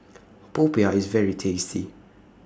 Popiah IS very tasty